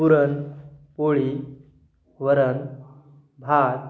पुरण पोळी वरण भात